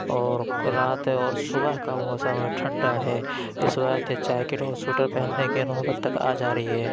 اور کُل رات اور صُبح کا موسم ٹھنڈہ ہے اِس بار تو جیکیٹ اور سوئٹر پہننے کے نوبت تک آ جا رہی ہے